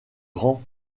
grand